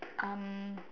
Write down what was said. um